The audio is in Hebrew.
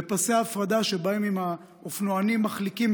בפסי ההפרדה שבהם אם האופנוענים מחליקים,